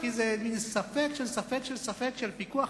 כי זה ספק של ספק של ספק של פיקוח-נפש,